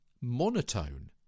monotone